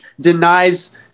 denies